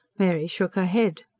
mary shook her head.